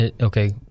Okay